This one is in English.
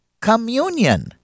communion